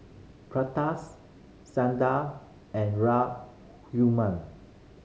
and Raghuram